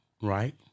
Right